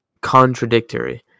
contradictory